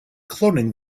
cloning